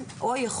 לא.